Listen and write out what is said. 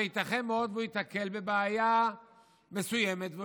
ייתכן מאוד שהוא ייתקל בבעיה מסוימת והוא